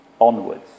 onwards